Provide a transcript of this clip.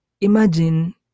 imagine